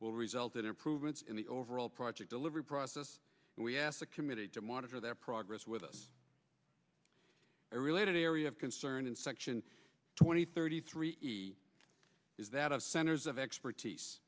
will result in improvements in the overall project delivery process and we asked the committee to monitor their progress with us related area of concern in section twenty thirty three is that of centers of expertise